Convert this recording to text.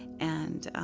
and,